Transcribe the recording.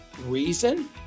reason